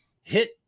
hit